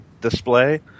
display